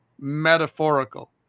metaphorical